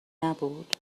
نبود